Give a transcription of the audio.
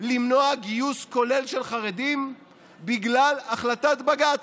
למנוע גיוס כולל של חרדים בגלל החלטת בג"ץ.